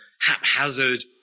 haphazard